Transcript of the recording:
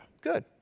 Good